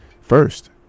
first